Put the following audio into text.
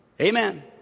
Amen